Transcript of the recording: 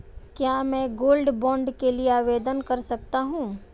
क्या मैं gold bond के लिए आवेदन कर सकता हूं?